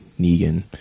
Negan